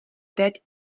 teď